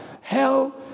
hell